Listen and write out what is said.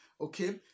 okay